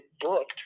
booked